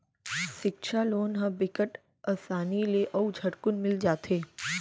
सिक्छा लोन ह बिकट असानी ले अउ झटकुन मिल जाथे